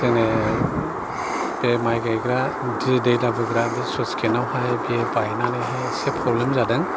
जोंने बे माइ गायग्रा जि दै लाबोग्रा बे स्लुइस गेटावहाय बियो बायनानैहाय एसे प्रब्लेम जादों